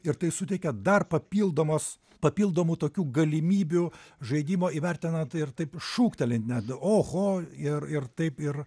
ir tai suteikia dar papildomos papildomų tokių galimybių žaidimo įvertinant tai ir taip šūkteli net oho ir ir taip ir